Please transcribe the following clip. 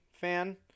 fan